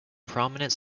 prominent